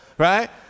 right